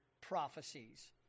Prophecies